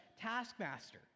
taskmaster